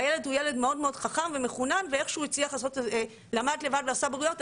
והילד הוא ילד מאוד חכם ומחונן ואיכשהו הצליח למד לבד ועשה בגרויות,